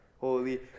holy